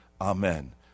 Amen